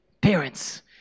parents